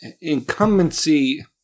incumbency